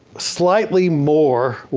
slightly more